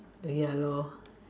ya lor